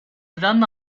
run